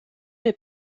est